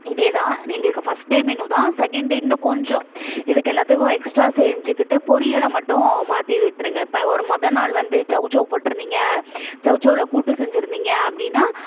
இதே தான் எங்களுக்கு ஃபஸ்ட் டே மெனு தான் செகண்ட் டே இன்னும் கொஞ்சம் இதுக்கு எல்லாத்துக்கும் எக்ஸ்ட்டா செஞ்சுக்கிட்டு பொரியலை மட்டும் மாற்றி விட்டுருங்க இப்போ ஒரு மொதல் நாள் வந்து சௌ சௌ போட்டுருந்திங்க சௌ சௌவில் கூட்டு செஞ்சிருந்தீங்க அப்படின்னா